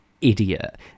idiot